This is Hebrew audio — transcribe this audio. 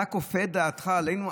אתה כופה את דעתך עלינו?